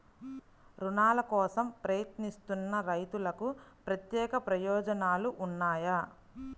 రుణాల కోసం ప్రయత్నిస్తున్న రైతులకు ప్రత్యేక ప్రయోజనాలు ఉన్నాయా?